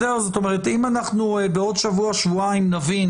אם בעוד שבוע, שבועיים נבין